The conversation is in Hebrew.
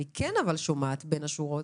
אבל אני כן שומעת בין השורות